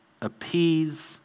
appease